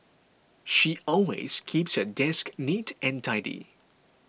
she always keeps her desk neat and tidy